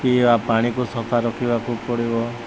ପିଇବା ପାଣିକୁ ସଫା ରଖିବାକୁ ପଡ଼ିବ